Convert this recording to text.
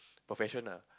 profession ah